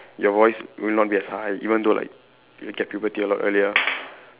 your voice will not be as high even though like you'll get puberty a lot earlier